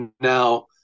now